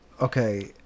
okay